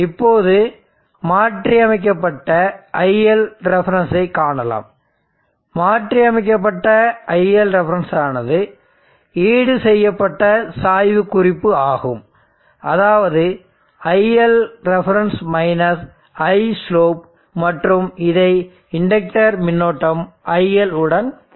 இப்போது மாற்றியமைக்கப்பட்ட ILref ஐ காணலாம் மாற்றியமைக்கப்பட்ட ILref ஆனது ஈடுசெய்யப்பட்ட சாய்வு குறிப்பு ஆகும் அதாவது ILref Islope மற்றும் இதை இண்டக்டர் மின்னோட்டம் IL உடன் ஒப்பிடலாம்